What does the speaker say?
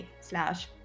slash